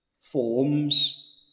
forms